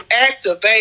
activate